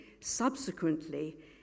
subsequently